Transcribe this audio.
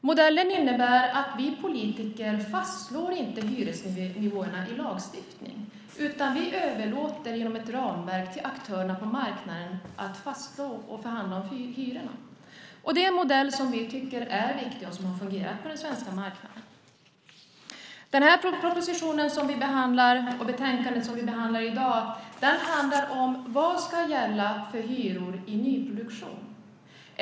Modellen innebär att vi politiker inte fastslår hyresnivåerna i lagstiftning, utan vi överlåter genom ett ramverk till aktörerna på marknaden att fastslå och förhandla om hyrorna. Det är en modell som vi tycker är viktig och som har fungerat på den svenska marknaden. Den proposition och det betänkande som vi behandlar i dag handlar om vilka hyror som ska gälla i nyproduktion.